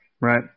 right